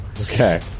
Okay